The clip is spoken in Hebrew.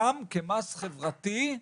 גם כמס חברתי,